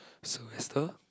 semester